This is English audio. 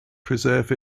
preserve